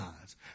eyes